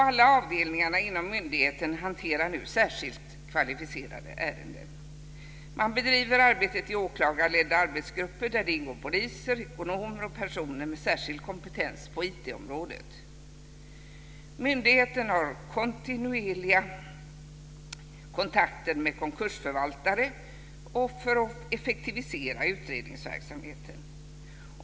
Alla avdelningar inom myndigheten hanterar nu särskilt kvalificerade ärenden. Man bedriver arbetet i åklagarledda arbetsgrupper där det ingår poliser, ekonomer och personer med särskild kompetens på IT området. Myndigheten har kontinuerliga kontakter med konkursförvaltare för att effektivisera utredningsverksamheten.